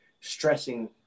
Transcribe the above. stressing